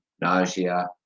nausea